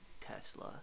Tesla